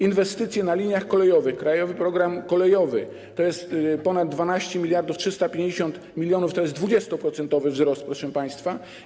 Inwestycje na liniach kolejowych: Krajowy Program Kolejowy to jest ponad 12 350 mln, to jest 20-procentowy wzrost, proszę państwa.